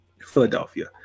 Philadelphia